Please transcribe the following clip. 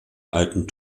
alten